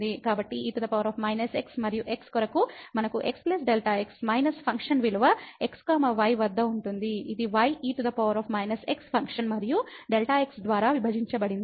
కాబట్టి e x మరియు x కొరకు మనకు x Δx మైనస్ ఫంక్షన్ విలువ x y వద్ద ఉంటుంది ఇది y e x ఫంక్షన్ మరియు Δx ద్వారా విభజించబడింది